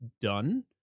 done